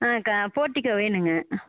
ஆ க போர்டிகோ வேணும்ங்க